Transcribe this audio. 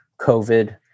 COVID